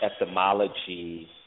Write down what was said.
etymology